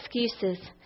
excuses